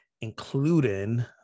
including